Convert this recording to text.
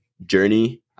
journey